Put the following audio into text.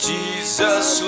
Jesus